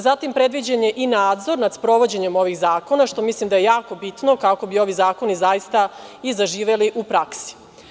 Zatim, predviđen je i nadzor nad sprovođenjem ovih zakona, što mislim da je jako bitno kako bi ovi zakoni zaista i zaživeli u praksi.